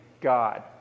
god